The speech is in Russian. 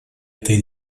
этой